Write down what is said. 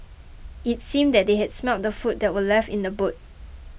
it seemed that they had smelt the food that were left in the boot